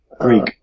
Greek